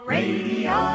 Radio